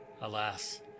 alas